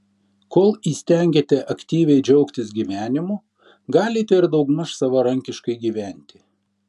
kol įstengiate aktyviai džiaugtis gyvenimu galite ir daugmaž savarankiškai gyventi